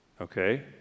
okay